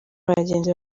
bagenzi